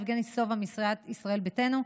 יבגני סובה מסיעת ישראל ביתנו,